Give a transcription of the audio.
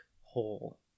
hole